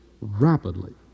rapidly